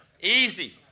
Easy